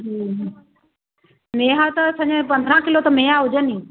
मेहा त सॼे पंद्रहं किलो त मेहा हुजनि ई